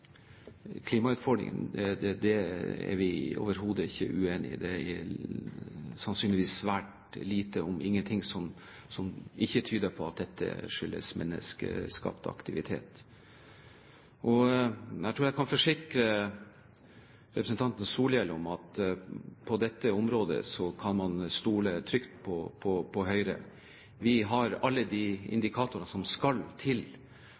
er vi overhodet ikke uenig i. Det er sannsynligvis svært lite, om ingenting, som tyder på at dette ikke skyldes menneskeskapt aktivitet. Jeg tror jeg kan forsikre representanten Solhjell om at på dette området kan man trygt stole på Høyre. Vi har alle de indikatorene som skal til